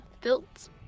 built